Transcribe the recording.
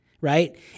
right